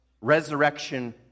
resurrection